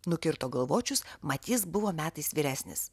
nukirto galvočius mat jis buvo metais vyresnis